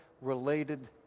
related